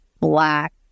Black